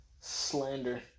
slander